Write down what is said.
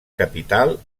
capital